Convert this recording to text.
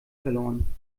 verloren